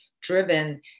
driven